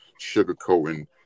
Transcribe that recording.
sugarcoating